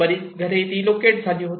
बरीच घरे रीलोकेट झाली होती